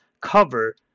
cover